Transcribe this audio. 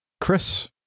Chris